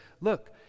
look